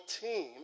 team